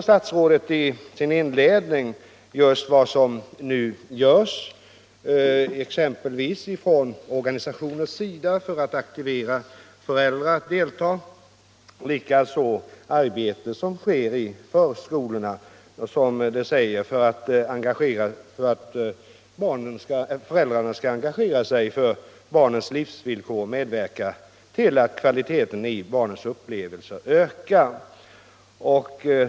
Statsrådet åberopar i inledningen av svaret vad som nu görs exempelvis från olika organisationers sida och likaså det arbete som sker i förskolorna för att föräldrarna, som det står, skall engagera sig i barnens livsvillkor och medverka till att kvaliteten i barnens upplevelser ökar.